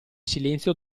silenzio